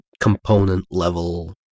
component-level